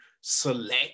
select